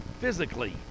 physically